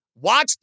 watch